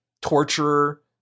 Torturer